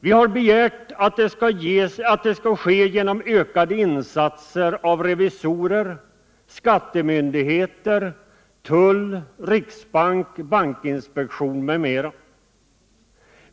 Vi har begärt att det skall ske genom ökade insatser av revisorer, skattemyndigheter, tull, riksbank, bankinspektion m.m.